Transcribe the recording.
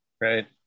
Right